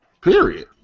Period